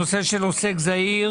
אנחנו עוסקים בנושא של עוסק זעיר,